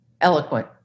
eloquent